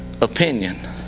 opinion